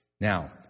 Now